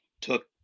took